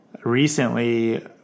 recently